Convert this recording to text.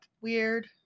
Weird